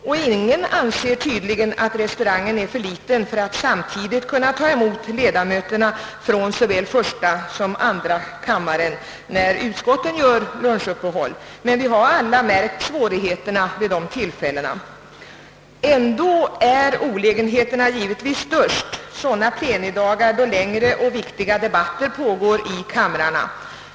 Tydligen anser ingen att restaurangen är för liten för att samtidigt kunna ta emot ledamöterna från såväl första som andra kammaren, när utskotten gör lunchuppehåll. Vi har dock alla märkt de svårigheter som uppstår för restaurangens chef och personal vid dessa tillfällen liksom för ledamöterna. Ändå är olägenheterna givetvis störst under sådana plenidagar då längre och viktigare debatter pågår i kamrarna.